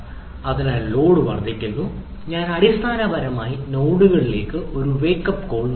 അതിനാൽ ലോഡ് വർദ്ധിക്കുന്നു ഞാൻ അടിസ്ഥാനപരമായി നോഡുകളിലേക്ക് ഒരു വേക്ക്അപ്പ് കോൾ നൽകുന്നു